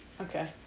Okay